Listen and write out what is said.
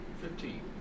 Fifteen